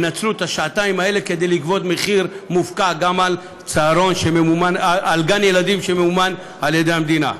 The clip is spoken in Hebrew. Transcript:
השעתיים האלה כדי לגבות מחיר מופקע גם על גן ילדים שממומן על ידי המדינה.